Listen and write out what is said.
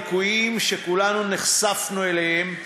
לנוכח הליקויים שכולנו נחשפנו אליהם,